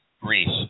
Greece